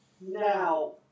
Now